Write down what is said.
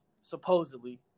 supposedly